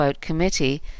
Committee